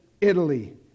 Italy